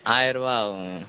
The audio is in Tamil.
ஆயரூபா ஆகுங்க